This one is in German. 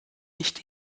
nicht